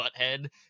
butthead